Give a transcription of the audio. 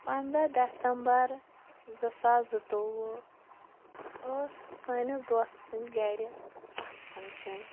پَنٛداہ دَسَمبَر زٕ ساس زٕ توٚوُہ ٲس سانِس دوستہٕ سٕنٛدۍ گرِ اَکھ فَنٛگشَن